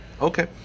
Okay